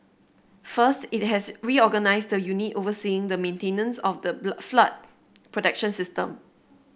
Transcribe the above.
first it has reorganised the unit overseeing the maintenance of the blood flood protection system